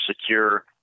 secure